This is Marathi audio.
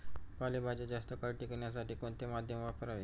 पालेभाज्या जास्त काळ टिकवण्यासाठी कोणते माध्यम वापरावे?